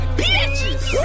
bitches